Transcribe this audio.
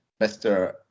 Mr